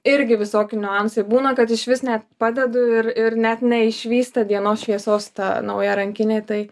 irgi visokių niuansai būna kad išvis net padedu ir ir net neišvysta dienos šviesos ta nauja rankinė tai